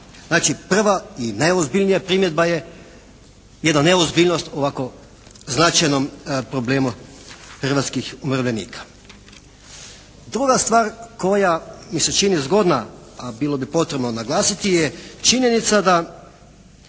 Znači prva i najozbiljnija primjedba je jedna neozbiljnost ovako značajnom problemu hrvatskih umirovljenika. Druga stvar koja mi se čini zgodna a bilo bi potrebno naglasiti je činjenica da